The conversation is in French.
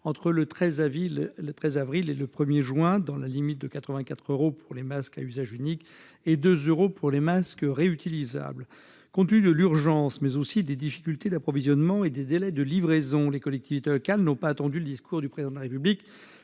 entre le 13 avril et le 1 juin, dans la limite de 84 centimes d'euro pour les masques à usage unique et de 2 euros pour les masques réutilisables. Or, compte tenu de l'urgence, mais aussi des difficultés d'approvisionnement et des délais de livraison, les collectivités territoriales n'ont pas attendu le discours du Président de la République,